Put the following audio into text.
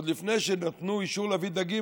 עוד לפני שנתנו אישור להביא דגים,